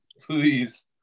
Please